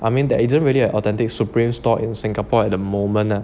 I mean that there isn't really a authentic supreme store in singapore at the moment lah